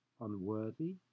unworthy